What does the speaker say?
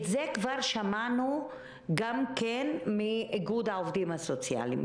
את זה כבר שמענו גם מאיגוד העובדים הסוציאליים,